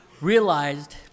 realized